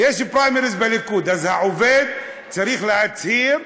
העובד צריך להצהיר: